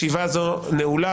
ישיבה זו נעולה.